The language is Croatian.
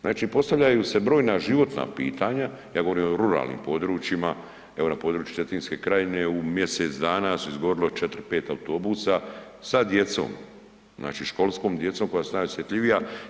Znači postavljaju se brojna životna pitanja, ja govorim o ruralnim područjima, evo na području Cetinske krajine u mjesec dana su izgorila 4, 5 autobusa sa djecom, znači školskom djecom koja su najosjetljivija.